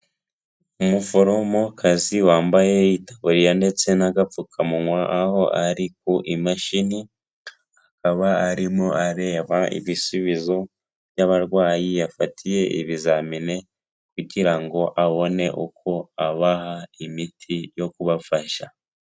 Umuforomokazi wambaye itaburiya ndetse n'agapfukamunwa, aho ari ku mashini akaba arimo areba ibisubizo by'abarwayi yafatiye ibizamini, kugira ngo abone uko abaha imiti yo kubafasha.